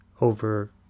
over